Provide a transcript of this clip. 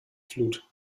flut